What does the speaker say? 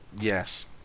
yes